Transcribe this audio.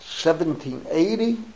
1780